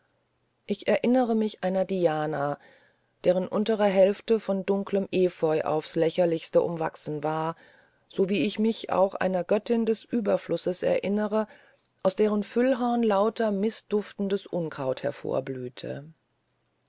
ich erinnere mich einer diana deren untere hälfte von dunklem efeu aufs lächerlichste umwachsen war so wie ich mich auch einer göttin des überflusses erinnere aus deren füllhorn lauter mißduftendes unkraut